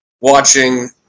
watching